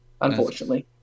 Unfortunately